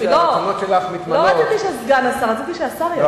לא רציתי שסגן השר, רציתי שהשר יגיע.